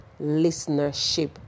listenership